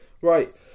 Right